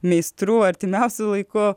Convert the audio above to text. meistrų artimiausiu laiku